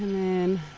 and